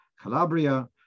Calabria